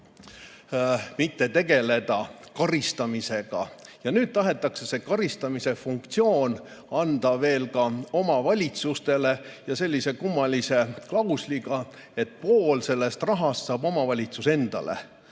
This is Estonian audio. mitte tegeleda karistamisega. Nüüd tahetakse see karistamise funktsioon anda veel ka omavalitsustele sellise kummalise klausliga, et pool sellest rahast saab omavalitsus endale.